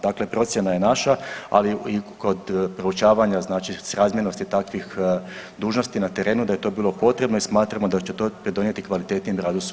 Dakle, procjena je naša, ali i kod proučavanja znači srazmjernosti takvih dužnosti na terenu da je to bilo potrebno i smatramo da će to pridonijeti kvalitetnijem radu sudova.